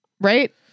Right